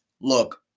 Look